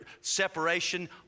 separation